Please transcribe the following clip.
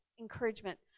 encouragement